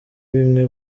bimwe